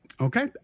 Okay